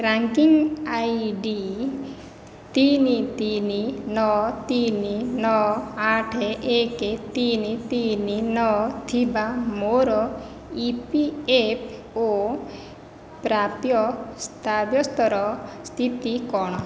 tracking I D ତିନି ତିନି ନଅ ତିନି ନଅ ଅଠ ଏକ ତିନି ତିନି ନଅ ଥିବା ମୋର ଇ ପି ଏଫ୍ ଓ ପ୍ରାପ୍ୟ ସାବ୍ୟସ୍ତର ସ୍ଥିତି କ'ଣ